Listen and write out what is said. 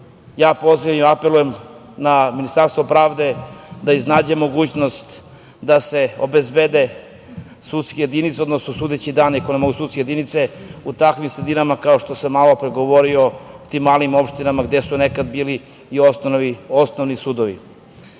ja pozivam i apelujem na Ministarstvo pravde da iznađe mogućnost da se obezbede sudske jedinice, odnosno sudeći dani ako ne mogu sudske jedinice u takvim sredinama, kao što sam malo pre govorio, tim malim opštinama gde su nekada bili i osnovni sudovi. To